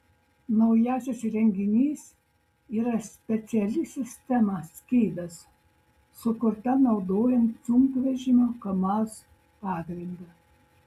naujasis įrenginys yra speciali sistema skydas sukurta naudojant sunkvežimio kamaz pagrindą